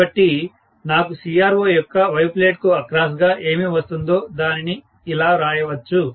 కాబట్టి నాకు CRO యొక్క Y ప్లేట్ కు అక్రాస్ గా ఏమి వస్తుందో దానిని ఇలా రాయొచ్చు